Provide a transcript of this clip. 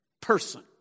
person